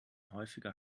häufiger